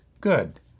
good